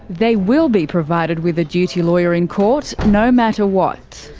they will be provided with a duty lawyer in court, no matter what.